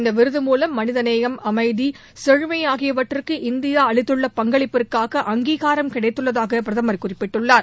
இந்த விருது மூலம் மனித நேயம் அமைதி செழுமை ஆகியவற்றிற்கு இந்தியா அளித்துள்ள பங்களிப்பிற்காக அங்கீகாரம் கிடைத்து உள்ளதாக பிரதமர் குறிப்பிட்டுள்ளார்